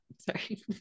sorry